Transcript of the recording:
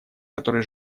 который